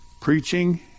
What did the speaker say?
preaching